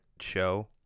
show